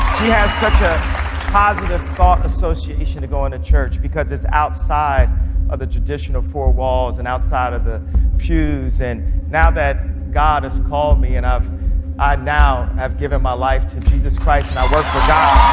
she has such a positive thought association to go into church because it's outside of the traditional four walls and outside of the pews and now that god has called me and enough i now have given my life to jesus christ and i work for god